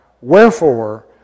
Wherefore